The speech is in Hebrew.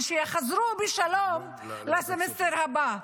ושיחזרו בשלום לסמסטר הבא.